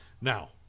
Now